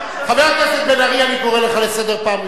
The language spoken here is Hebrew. חבר הכנסת בן-ארי, אני קורא לך לסדר פעם ראשונה.